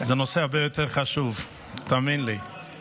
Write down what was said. זה נושא הרבה יותר חשוב, תאמין לי.